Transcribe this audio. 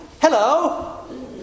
hello